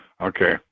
Okay